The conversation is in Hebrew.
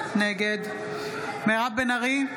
נגד מירב בן ארי,